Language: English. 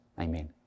amen